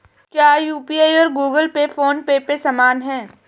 क्या यू.पी.आई और Google Pay PhonePe समान हैं?